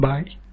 Bye